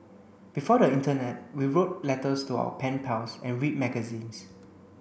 before the internet we wrote letters to our pen pals and read magazines